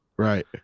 Right